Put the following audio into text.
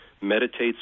meditates